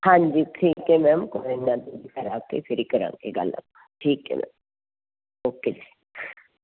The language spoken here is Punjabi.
ਹਾਂਜੀ ਠੀਕ ਹੈ ਮੈਮ ਕੋਈ ਨਾ ਜੀ ਘਰ ਆ ਕੇ ਫਿਰ ਹੀ ਕਰਾਂਗੇ ਗੱਲ ਠੀਕ ਹੈ ਓਕੇ ਜੀ